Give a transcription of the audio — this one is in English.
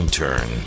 turn